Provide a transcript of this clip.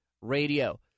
radio